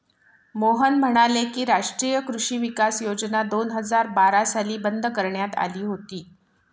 मोहन म्हणाले की, राष्ट्रीय कृषी विकास योजना दोन हजार बारा साली बंद करण्यात आली होती